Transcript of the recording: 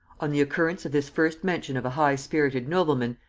on the occurrence of this first mention of a high-spirited nobleman,